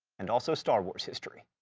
and also star wars history,